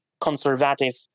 conservative